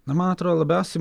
na man atrodo labiausiai